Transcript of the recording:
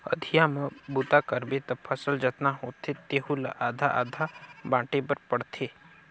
अधिया म बूता करबे त फसल जतना होथे तेहू ला आधा आधा बांटे बर पड़थे